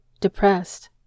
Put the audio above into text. depressed